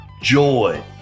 joy